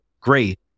great